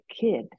kid